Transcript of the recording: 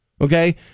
Okay